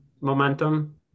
momentum